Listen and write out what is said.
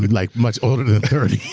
like much older than thirty.